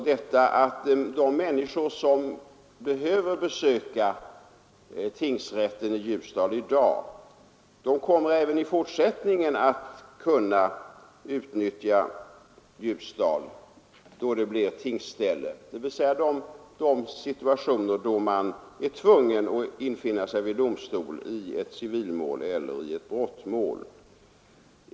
De människor som behöver besöka tingsrätten kommer även i fortsättningen att kunna utnyttja Ljusdal, då det blir tingsställe. Jag tänker på de situationer då man är tvungen att infinna sig vid domstol i ett civilmål eller i ett brottmål.